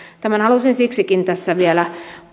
tämän halusin siksikin tässä vielä